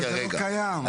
אבל זה לא קיים.